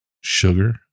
sugar